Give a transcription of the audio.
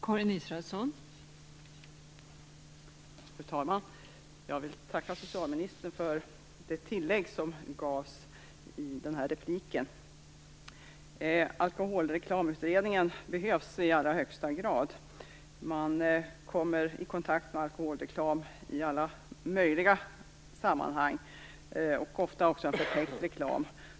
Fru talman! Jag vill tacka socialministern för det tillägg som gavs i det här anförandet. Alkoholreklamutredningen behövs i allra högsta grad. Man kommer i kontakt med alkoholreklam i alla möjliga sammanhang. Ofta handlar det också om förtäckt reklam.